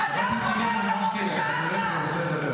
את פוגעת בביטחון המדינה.